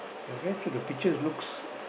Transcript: the rest of the picture looks